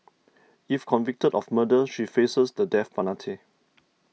if convicted of murder she faces the death penalty